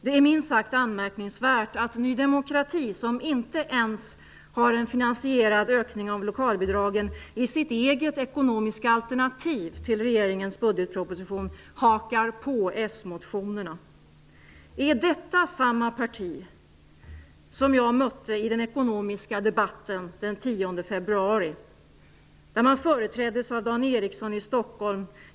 Det är minst sagt anmärkningsvärt att Ny demokrati, som inte ens har en finansierad ökning av lokalbidragen i sitt eget ekonomiska alternativ till regeringens budgetproposition, hakar på smotionerna. Är detta samma parti som jag mötte i den ekonomiska debatten den 10 februari företrädd av Dan Eriksson i Stockholm?